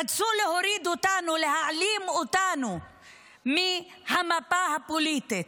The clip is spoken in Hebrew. רצו להוריד אותנו, להעלים אותנו מהמפה הפוליטית.